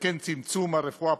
ולצמצום הרפואה הפרטית.